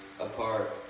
apart